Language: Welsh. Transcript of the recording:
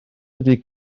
ydy